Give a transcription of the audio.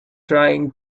trying